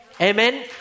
Amen